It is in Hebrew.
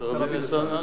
תראבין-אלסאנע.